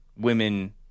women